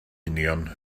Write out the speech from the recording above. union